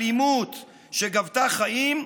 אלימות שגבתה חיים,